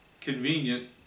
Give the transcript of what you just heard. convenient